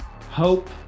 Hope